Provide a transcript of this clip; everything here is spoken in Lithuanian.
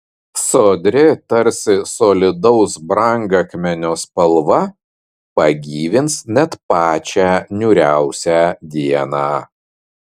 sodri tarsi solidaus brangakmenio spalva pagyvins net pačią niūriausią dieną